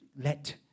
let